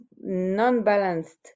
non-balanced